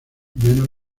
menos